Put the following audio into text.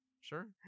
Sure